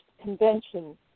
convention